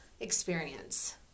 experience